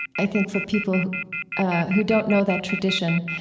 i think, for people who don't know that tradition,